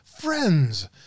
friends